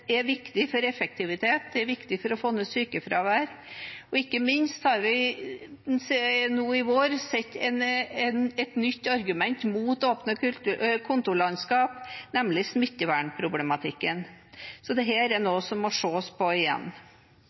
er viktig for effektivitet og for å få ned sykefravær. Ikke minst har vi nå i vår fått et nytt argument mot åpne kontorlandskap, nemlig smittevernproblematikken. Så dette er noe som må ses på igjen.